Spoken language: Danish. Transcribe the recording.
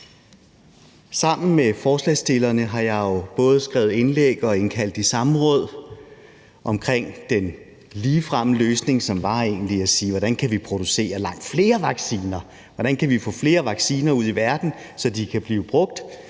Sammen med forslagsstillerne har jeg jo både skrevet indlæg og indkaldt til samråd om den ligefremme løsning, som egentlig var at sige: Hvordan kan vi producere langt flere vacciner? Hvordan kan vi få flere vacciner ud i verden, så de kan blive brugt?